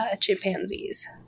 chimpanzees